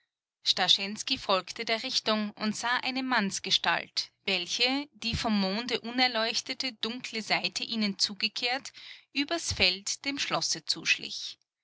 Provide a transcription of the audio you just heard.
folgte der richtung und sah eine mannsgestalt welche die vom monde unerleuchtete dunkle seite ihnen zugekehrt übers feld dem schlosse zuschlich